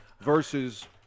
Versus